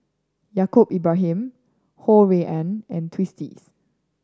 Yaacob Ibrahim Ho Rui An and Twisstii